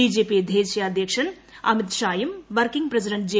BJP ദേശീയ അദ്ധ്യക്ഷൻ അമിത് ഷായും വർക്കിംഗ് പ്രസിഡന്റ് ജെ